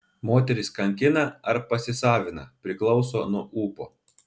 moteris kankina ar pasisavina priklauso nuo ūpo